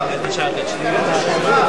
זה עכשיו,